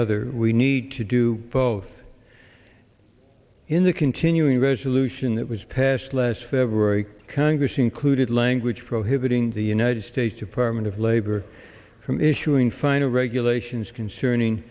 other we need to do both in the continuing resolution that was passed last february congress included language prohibiting the united states department of labor from issuing final regulations concerning